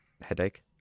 headache